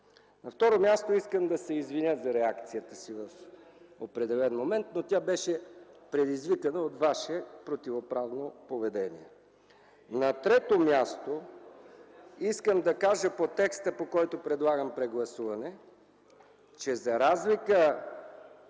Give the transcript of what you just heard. На второ място, искам да се извиня за реакцията си в определен момент, но тя беше предизвикана от Ваше противоправно поведение. На трето място, искам да кажа по текста, по който предлагам прегласуване, че за разлика